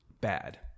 Bad